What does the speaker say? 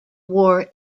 war